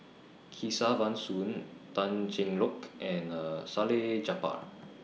Kesavan Soon Tan Cheng Lock and Salleh Japar